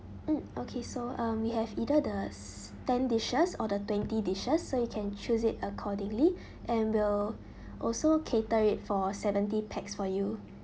mm okay so um we have either the s~ ten dishes or the twenty dishes so you can choose it accordingly and we'll also cater it for seventy pax for you